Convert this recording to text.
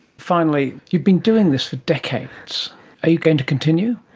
finally, you've been doing this the decades. are you going to continue?